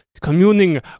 communing